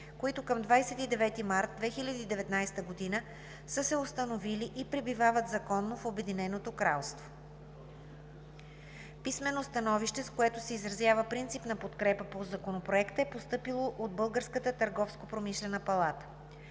които към 29 март 2019 г. са се установили и пребивават законно в Обединеното кралство. Писмено становище, с което се изразява принципна подкрепа по Законопроекта, е постъпило от Българската търговско-промишлена палата.